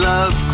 Love